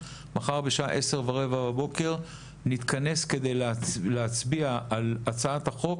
בשעה 10:15 בבוקר נתכנס כדי להצביע על הצעת החוק